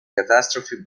catastrophe